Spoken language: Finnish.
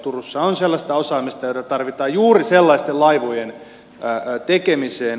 turussa on sellaista osaamista jota tarvitaan juuri sellaisten laivojen tekemiseen